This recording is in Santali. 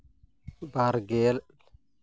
ᱵᱟᱨᱜᱮᱞ